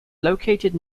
located